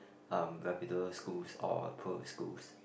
um reputable schools or pro schools